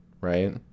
right